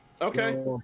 Okay